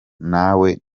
nawe